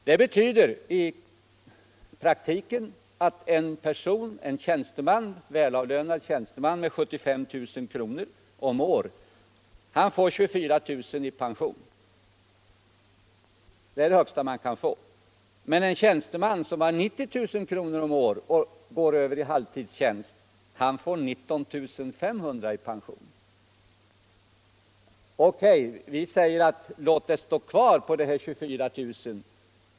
Det betyder i praktiken att en välavlönad tjäns — frågor m.m. teman med 75 000 kr. om året får 24 000 kr. i pension. Det är det mesta man kan få. Men en tjänsteman som har 90 000 kr. om året och går över till halvtidstjänst får 19 500 kr. i pension. OK, säger vi, låt den högsta pensionen stå kvar vid 24000 kr.